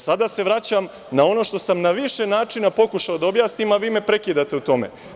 Sada se vraćam na ono što sam na više načina pokušao da objasnim, a vi me prekidate u tome.